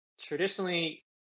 traditionally